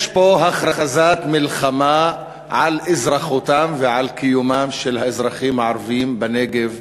יש פה הכרזת מלחמה על אזרחותם ועל קיומם של האזרחים הערבים בנגב.